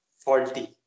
faulty